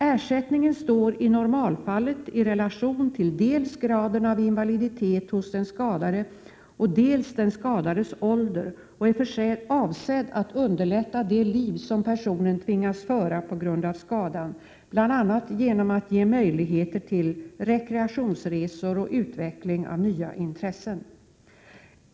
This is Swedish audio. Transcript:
Ersättningen står i normalfallet i relation till dels graden av invaliditet hos den skadade, dels den skadades ålder, och är avsedd att underlätta det liv som personen tvingas föra på grund av skadan, bl.a. genom att man ger möjligheter till rekreationsresor och utveckling av nya intressen.